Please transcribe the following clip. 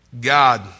God